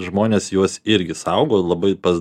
žmonės juos irgi saugo labai pas